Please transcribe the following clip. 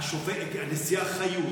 הנשיאה חיות,